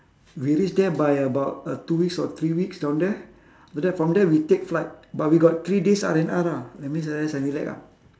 we reach there by about uh two weeks or three weeks down there but then from there we take flight but we got three days R&R lah that means like that can relax lah